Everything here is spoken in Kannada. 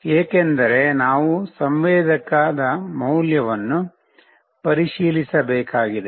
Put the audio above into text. ಏಕೆಂದರೆ ನಾವು ಸಂವೇದಕದ ಮೌಲ್ಯವನ್ನು ಪರಿಶೀಲಿಸಬೇಕಾಗಿದೆ